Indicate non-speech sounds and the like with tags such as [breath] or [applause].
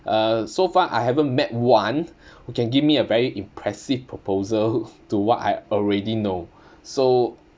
uh so far I haven't met one [breath] who can give me a very impressive proposal [laughs] to what I already know [breath] so